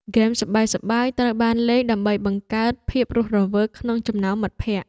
ហ្គេមសប្បាយៗត្រូវបានលេងដើម្បីបង្កើតភាពរស់រវើកក្នុងចំណោមមិត្តភក្ដិ។